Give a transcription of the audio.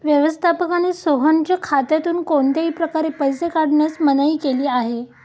व्यवस्थापकाने सोहनच्या खात्यातून कोणत्याही प्रकारे पैसे काढण्यास मनाई केली आहे